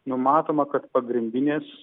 numatoma kad pagrindinės